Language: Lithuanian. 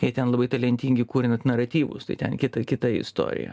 jie ten labai talentingi kuriant naratyvus tai ten kita kita istorija